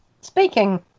speaking